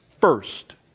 first